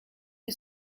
que